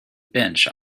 bench